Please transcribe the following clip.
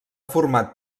format